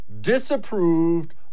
disapproved